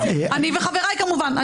אני וחבריי כמובן.